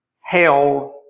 held